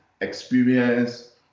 experience